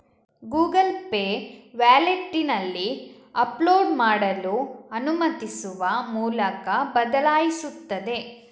Google Pay ವ್ಯಾಲೆಟಿನಲ್ಲಿ upload ಮಾಡಲು ಅನುಮತಿಸುವ ಮೂಲಕ ಬದಲಾಯಿಸುತ್ತದೆ